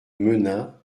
menin